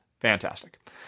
Fantastic